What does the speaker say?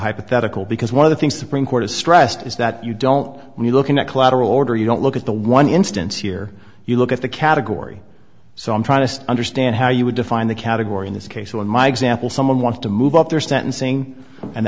hypothetical because one of the things that bring court is stressed is that you don't need looking at collateral order you don't look at the one instance here you look at the category so i'm trying to understand how you would define the category in this case in my example someone wants to move up their sentencing and